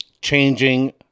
changing